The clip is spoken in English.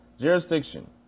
jurisdiction